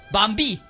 Bambi